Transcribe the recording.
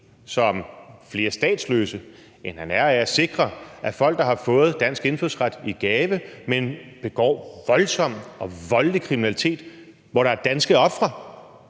som flere statsløse, end han er af at sikre, at folk, der har fået dansk indfødsret i gave, men begår voldsom og voldelig kriminalitet, hvor der er danske ofre,